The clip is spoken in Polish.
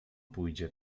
pójdzie